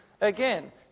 again